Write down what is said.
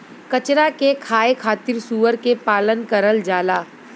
कचरा के खाए खातिर सूअर के पालन करल जाला